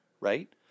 Right